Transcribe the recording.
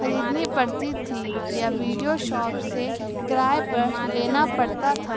خریدنی پڑتی تھی یا ویڈیو شاپ سے کرایہ پر لینا پڑتا تھا